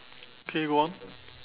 okay go on